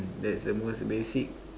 that's a most basic